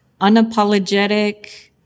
unapologetic